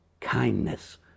kindness